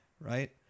right